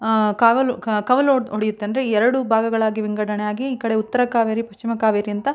ಕಾವಲು ಕವಲೊಡಿ ಒಡೆಯುತ್ತೆ ಅಂದರೆ ಎರಡು ಭಾಗಗಳಾಗಿ ವಿಂಗಡಣೆ ಆಗಿ ಈ ಕಡೆ ಉತ್ತರ ಕಾವೇರಿ ಪಶ್ಚಿಮ ಕಾವೇರಿ ಅಂತ